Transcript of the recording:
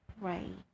right